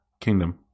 kingdom